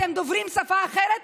אתם דוברים שפה אחרת?